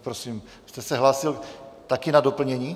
Prosím, vy jste se hlásil taky na doplnění?